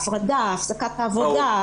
הפרדה,